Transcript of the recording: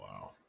Wow